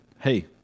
hey